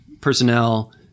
personnel